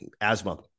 asthma